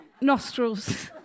nostrils